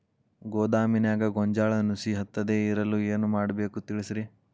ಗೋದಾಮಿನ್ಯಾಗ ಗೋಂಜಾಳ ನುಸಿ ಹತ್ತದೇ ಇರಲು ಏನು ಮಾಡಬೇಕು ತಿಳಸ್ರಿ